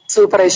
Super